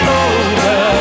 over